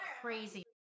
crazy